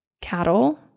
cattle